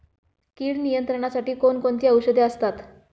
कीड नियंत्रणासाठी कोण कोणती औषधे असतात?